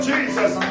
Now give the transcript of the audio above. Jesus